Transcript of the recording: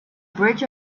bridge